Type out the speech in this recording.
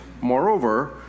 moreover